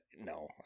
No